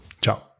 Ciao